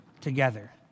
together